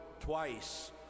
twice